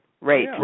Right